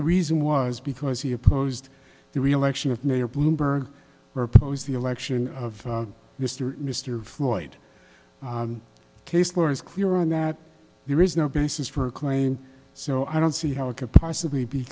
the reason was because he opposed the reelection of mayor bloomberg or oppose the election of mr mr floyd case law is clear on that there is no basis for a claim so i don't see how it could possibly be